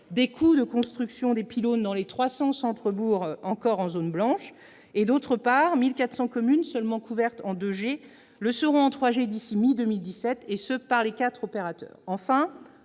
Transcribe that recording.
des coûts de construction des pylônes dans les 300 centres-bourgs encore en zone blanche. Par ailleurs, 1 400 communes seulement couvertes en 2G le seront en 3G d'ici à mi-2017, et ce par les quatre opérateurs. Enfin,